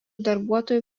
darbuotojų